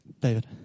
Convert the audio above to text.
David